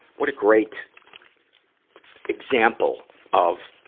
what a great example of,